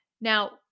Now